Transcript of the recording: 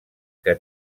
que